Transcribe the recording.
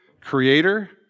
Creator